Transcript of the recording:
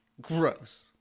Gross